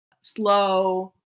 slow